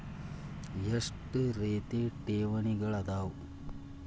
ಎಷ್ಟ ರೇತಿ ಠೇವಣಿಗಳ ಅವ?